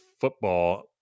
football